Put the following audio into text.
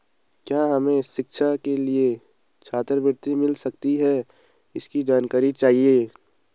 क्या हमें शिक्षा के लिए छात्रवृत्ति मिल सकती है इसकी जानकारी चाहिए?